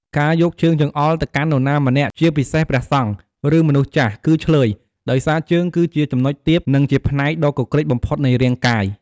ការយកជើងចង្អុលទៅកាន់នរណាម្នាក់ ជាពិសេសព្រះសង្ឃ ឬ មនុស្សចាស់ គឺឈ្លើយ ដោយសារជើងគឺជាចំណុចទាប និងជាផ្នែកដ៏គគ្រិចបំផុតនៃរាងកាយ។